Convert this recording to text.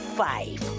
five